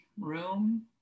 room